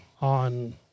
on